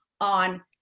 on